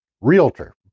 realtor